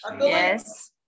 Yes